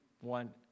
one